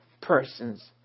persons